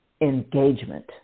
engagement